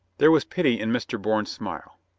there was pity in mr. bourne's smile.